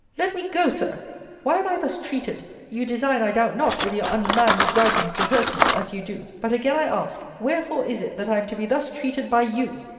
let me go, sir why am i thus treated you design, i doubt not, with your unmanly gripings, to hurt me, as you do but again i ask, wherefore is it that i am to be thus treated by you?